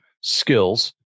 skills